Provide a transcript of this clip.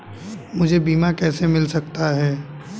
मुझे बीमा कैसे मिल सकता है?